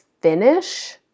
finish